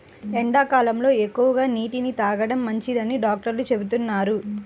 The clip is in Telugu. ఎండాకాలంలో ఎక్కువగా నీటిని తాగడం మంచిదని డాక్టర్లు చెబుతున్నారు